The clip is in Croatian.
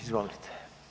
Izvolite.